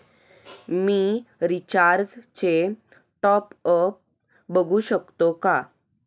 मी रिचार्जचे टॉपअप कसे बघू शकतो?